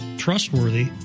Trustworthy